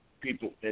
people